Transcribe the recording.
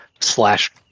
slash